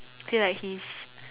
feel like he's